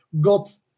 got